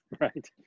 Right